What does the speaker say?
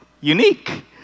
unique